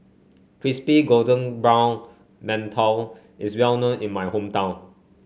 Crispy Golden Brown Mantou is well known in my hometown